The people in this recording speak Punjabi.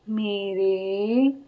ਮੇਰੇ